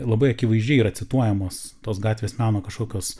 labai akivaizdžiai yra cituojamos tos gatvės meno kažkokios